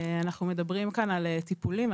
אנחנו מדברים כאן על טיפולים.